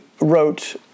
wrote